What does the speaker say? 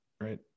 right